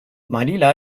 manila